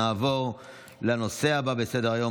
נעבור לנושא הבא שעל סדר-היום,